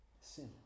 sin